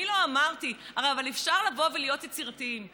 אני לא אמרתי, אבל אפשר לבוא ולהיות יצירתיים.